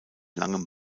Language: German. langem